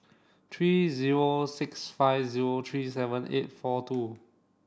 three zero six five zero three seven eight four two